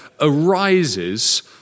arises